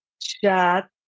chat